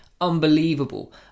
unbelievable